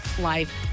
life